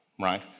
right